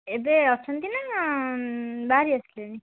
ଏବେ ଅଛନ୍ତି ନା ବାହାରି ଆସିଲେଣି